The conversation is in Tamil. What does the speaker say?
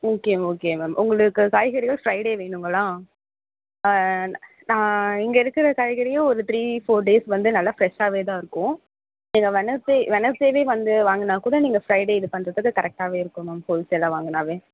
ஓகே ஓகே மேம் உங்களுக்கு காய்கறிகள் ஃப்ரைடே வேணுங்களா நான் இங்கே இருக்கிற காய்கறியும் ஒரு த்ரீ ஃபோர் டேஸ் வந்து நல்லா ஃப்ரெஷ்ஷாகவே தான் இருக்கும் நீங்கள் வெட்னெஸ்டே வெட்னெஸ்டேவே வந்து வாங்கினா கூட நீங்கள் ஃப்ரைடே இது பண்ணுறதுக்கு கரெக்ட்டாகவே இருக்கும் மேம் ஹோல் சேல்லாகவே வாங்கினாலே